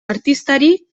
artistari